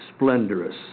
splendorous